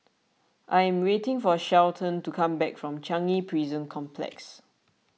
I am waiting for Shelton to come back from Changi Prison Complex